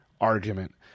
argument